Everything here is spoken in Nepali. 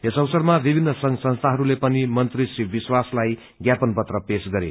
यस अवसरमा विभिन्न संघ संस्थाहरूले पनि मंत्री श्री विस्वाशलाई ज्ञापन पत्र पेश गरे